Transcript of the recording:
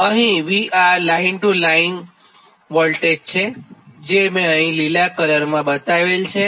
અહીં VR એ line to line voltage છેજે મેં લીલા કલરમાં બતાવેલ છે